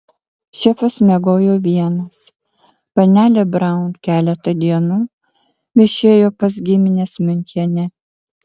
šefas miegojo vienas panelė braun keletą dienų viešėjo pas gimines miunchene